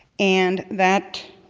and that